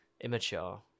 Immature